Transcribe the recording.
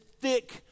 thick